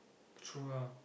true ah